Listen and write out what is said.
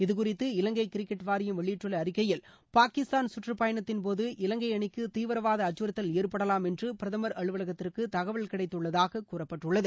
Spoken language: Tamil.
இதுகுறித்து இலங்கை கிரிக்கெட் வாரியம் வெளியிட்டுள்ள அறிக்கையில் பாகிஸ்தான் கற்றுப்பயனத்தின் போது இலங்கை அணிக்கு தீவிரவாத அச்சுறுத்தல் ஏற்படலாம் என்று பிரதமா அலுவலகத்திற்கு தகவல் கிடைத்துள்ளதாக கூறப்பட்டுள்ளது